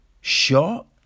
shot